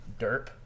Derp